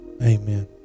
amen